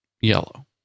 yellow